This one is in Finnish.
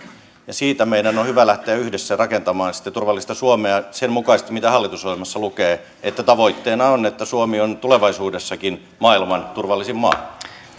siitä meidän on on hyvä lähteä yhdessä rakentamaan sitten turvallista suomea sen mukaisesti mitä hallitusohjelmassa lukee että tavoitteena on että suomi on tulevaisuudessakin maailman turvallisin maa